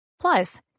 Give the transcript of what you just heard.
Plus